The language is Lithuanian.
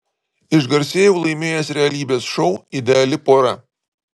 išgarsėjau laimėjęs realybės šou ideali pora